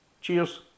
Cheers